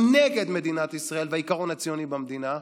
נגד מדינת ישראל והעיקרון הציוני במדינה,